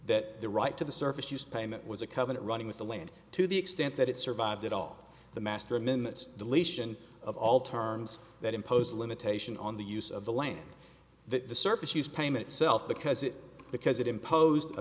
that the right to the surface used payment was a covenant running with the land to the extent that it survived at all the master minutes deletion of all terms that imposed a limitation on the use of the land that the surface use payment self because it because it imposed a